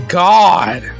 god